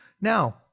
Now